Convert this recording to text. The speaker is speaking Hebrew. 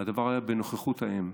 הדבר היה בנוכחות האם.